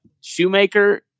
shoemaker